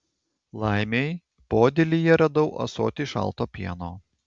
laimei podėlyje radau ąsotį šalto pieno